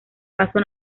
paso